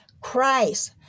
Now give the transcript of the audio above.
Christ